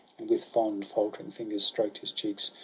and with fond faltering fingers stroked his cheeks,